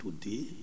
today